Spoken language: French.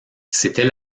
c’était